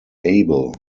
abel